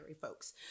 folks